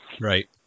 Right